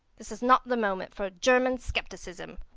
this is not the moment for german scepticism.